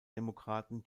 demokraten